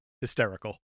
hysterical